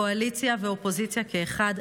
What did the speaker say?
קואליציה ואופוזיציה כאחד,